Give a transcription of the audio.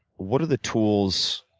what are the tools,